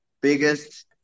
biggest